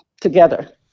together